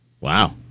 Wow